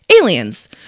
aliens